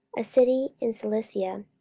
a city in cilicia,